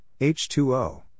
H2O